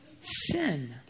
sin